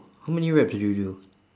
how many reps did you do